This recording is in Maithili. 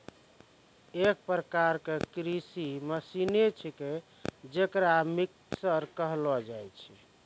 एक प्रकार क कृषि मसीने छिकै जेकरा मिक्सर कहलो जाय छै